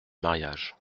mariage